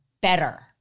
better